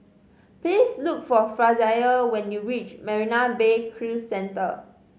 please look for Frazier when you reach Marina Bay Cruise Centre